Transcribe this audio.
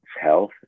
health